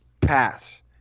pass